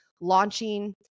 launching